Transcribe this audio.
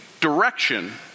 direction